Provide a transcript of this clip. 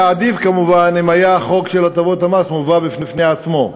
היה עדיף כמובן אם החוק של הטבות המס היה מובא בפני עצמו.